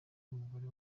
umugore